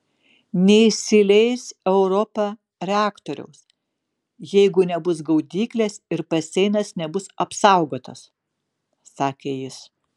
neįsileis europa reaktoriaus jeigu nebus gaudyklės ir baseinas nebus apsaugotas sakė jis